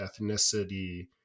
ethnicity